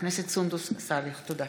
נעבור